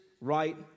right